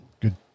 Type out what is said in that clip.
good